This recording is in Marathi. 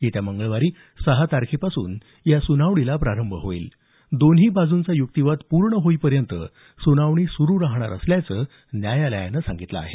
येत्या मंगळवारी सहा तारखेपासून या सुनावणीला प्रारंभ होईल दोन्ही बाजूंचा युक्तिवाद पूर्ण होईपर्यंत सुनावणी सुरू राहणार असल्याचं न्यायालयानं नमूद केलं आहे